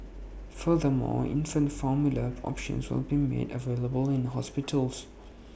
further more infant formula options will be made available in hospitals